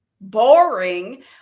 Boring